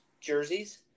jerseys